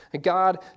God